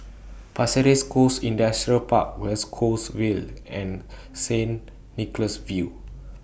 Pasir Ris Coast Industrial Park West Coast Vale and Saint Nicholas View